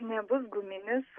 nebus guminis